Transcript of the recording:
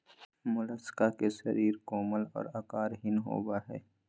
Mollusca के शरीर कोमल और आकारहीन होबय हइ